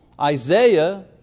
Isaiah